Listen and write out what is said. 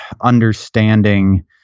understanding